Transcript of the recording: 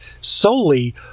solely